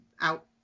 Out